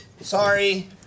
Sorry